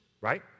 right